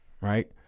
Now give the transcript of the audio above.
Right